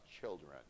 children